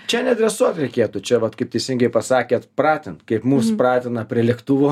čia ne dresuot reikėtų čia va kaip teisingai pasakėt pratint kaip mus pratina prie lėktuvo